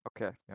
Okay